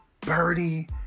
birdie